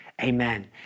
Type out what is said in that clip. Amen